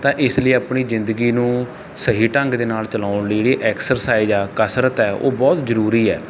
ਤਾਂ ਇਸ ਲਈ ਆਪਣੀ ਜ਼ਿੰਦਗੀ ਨੂੰ ਸਹੀ ਢੰਗ ਦੇ ਨਾਲ ਚਲਾਉਣ ਲਈ ਜਿਹੜੀ ਐਕਸਰਸਾਈਜ ਆ ਕਸਰਤ ਹੈ ਉਹ ਬਹੁਤ ਜ਼ਰੂਰੀ ਹੈ